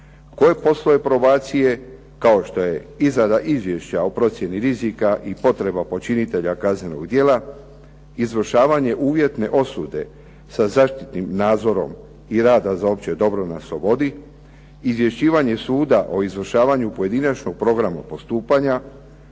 koji poslove probacije kao što je izrada izvješća o procjeni rizika i potreba počinitelja kaznenog djela, izvršavanje uvjetne osude sa zaštitnim nadzorom i rada za opće dobro na slobodi, izvješćivanje suda o izvršavanju pojedinačnog programa postupanja,